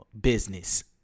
business